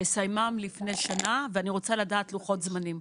לסיימן לפני שנה ואני רוצה לדעת לוחות זמנים.